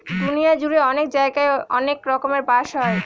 দুনিয়া জুড়ে অনেক জায়গায় অনেক রকমের বাঁশ হয়